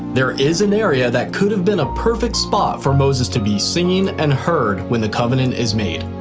there is an area that could have been a perfect spot for moses to be seen and heard when the covenant is made.